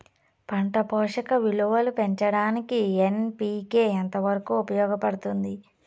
పంట పోషక విలువలు పెంచడానికి ఎన్.పి.కె ఎంత వరకు ఉపయోగపడుతుంది